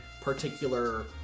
particular